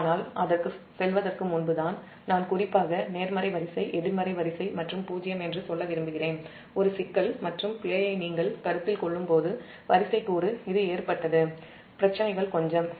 ஆனால் அதற்குச் செல்வதற்கு முன்புதான் நான்குறிப்பாக நேர்மறை வரிசை எதிர்மறை வரிசை மற்றும் பூஜ்ஜியம் என்று சொல்ல விரும்புகிறேன் ஒரு சிக்கல் மற்றும் பிழையை நீங்கள் கருத்தில் கொள்ளும்போது வரிசை கூறு பிரச்சினைகள் கொஞ்சம் ஏற்பட்டது